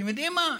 אתם יודעים מה?